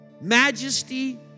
majesty